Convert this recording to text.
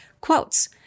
Quotes